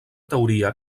teoria